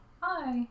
Hi